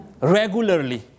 Regularly